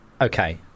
Okay